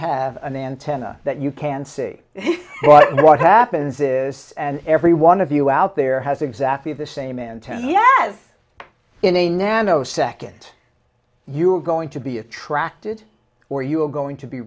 have an antenna that you can see but what happens is and every one of you out there has exactly the same intent yes in a nanosecond you're going to be attracted or you're going to be